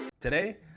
Today